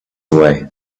away